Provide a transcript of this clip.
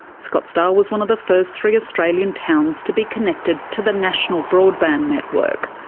scottsdale was one of the first three australian towns to be connected to the national broadband network,